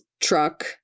truck